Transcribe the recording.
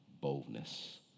boldness